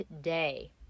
day